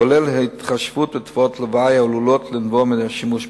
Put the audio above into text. כולל התחשבות בתופעות לוואי העלולות לנבוע מהשימוש בתרופה.